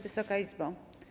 Wysoka Izbo!